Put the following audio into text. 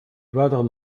weiteren